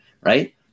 right